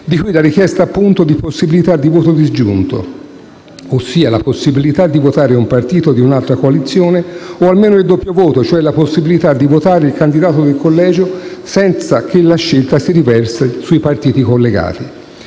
viene la richiesta, appunto, di possibilità di voto disgiunto, ossia la possibilità di votare un partito di un'altra coalizione, o almeno del doppio voto, e cioè la possibilità di votare il candidato del collegio senza che la scelta si riversi sui partiti collegati.